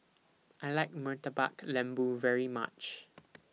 I like Murtabak Lembu very much